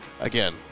again